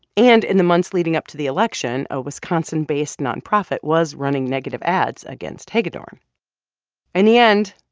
and in the months leading up to the election, a wisconsin-based nonprofit was running negative ads against hagedorn in the end,